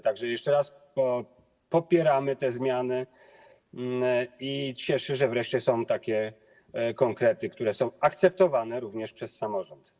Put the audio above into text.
Tak że jeszcze raz popieramy te zmiany i cieszy, że wreszcie są konkrety, które są akceptowane również przez samorząd.